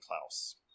Klaus